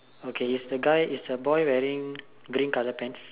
okay is the guy is the boy wearing green color pants